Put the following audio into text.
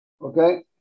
Okay